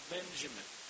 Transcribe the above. Benjamin